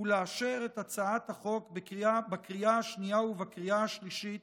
ולאשר את הצעת החוק בקריאה השנייה ובקריאה השלישית